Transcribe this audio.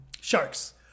sharks